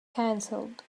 cancelled